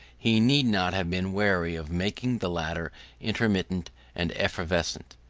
he need not have been wary of making the latter intermittent and evanescent,